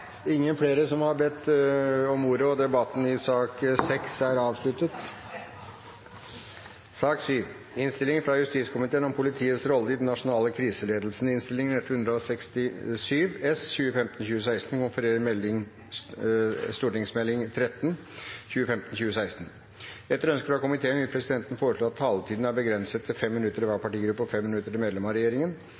Ingen har bedt om ordet. Etter ønske fra justiskomiteen vil presidenten foreslå at taletiden blir begrenset til 5 minutter til hver partigruppe og 5 minutter til medlemmer av regjeringen.